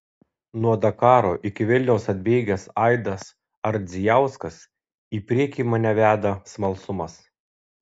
nuo dakaro iki vilniaus atbėgęs aidas ardzijauskas į priekį mane veda smalsumas